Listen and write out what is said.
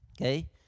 okay